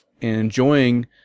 enjoying